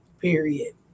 period